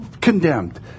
condemned